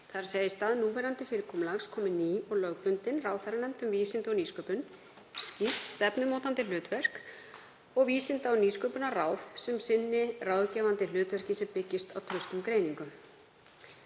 að í stað núverandi fyrirkomulags komi ný og lögbundin ráðherranefnd um vísindi og nýsköpun með skýrt stefnumótandi hlutverk og Vísinda- og nýsköpunarráð sem sinni ráðgefandi hlutverki sem byggist á traustum greiningum.